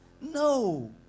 no